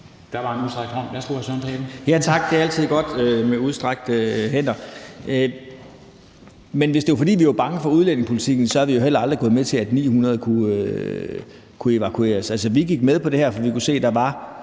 Kl. 15:59 Søren Pape Poulsen (KF): Tak. Det er altid godt med udstrakte hænder. Men hvis det var, fordi vi var bange for udlændingepolitikken, så var vi jo heller aldrig gået med til, at 900 kunne evakueres. Altså, vi gik med på det her, fordi vi kunne se, at der var